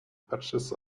patches